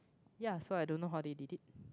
ya so I don't know how they did it